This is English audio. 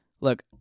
look